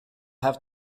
have